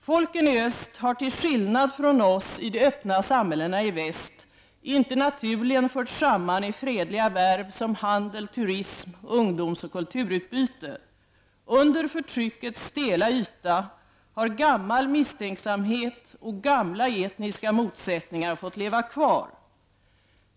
Folken i öst har till skillnad från oss i de öppna samhällena i väst inte naturligen förts samman i fredliga värv som handel, turism, ungdoms och kulturutbyte. Under förtryckets stela yta har gammal misstänksamhet och gamla etniska motsättningar fått leva kvar.